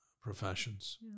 professions